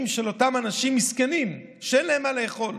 של אותם אנשים מסכנים שאין להם מה לאכול,